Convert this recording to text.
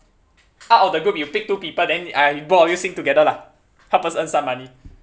out of the group you pick two people then uh both of you sing together lah help us earn some money